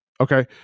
okay